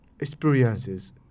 experiences